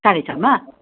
साढे छमा